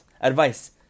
advice